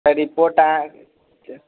तऽ रिपोर्ट अहाँके